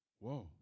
whoa